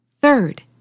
Third